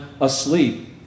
asleep